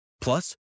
Plus